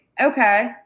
Okay